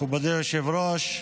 מכובדי היושב-ראש,